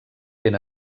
ben